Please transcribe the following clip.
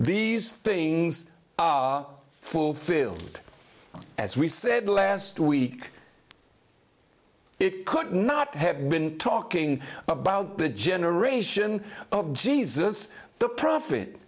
these things are fulfilled as we said last week it could not have been talking about the generation of jesus the pro